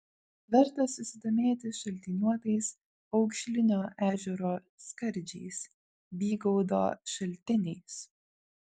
verta susidomėti šaltiniuotais aukšlinio ežero skardžiais bygaudo šaltiniais